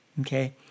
okay